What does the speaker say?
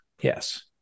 yes